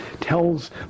tells